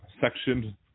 Section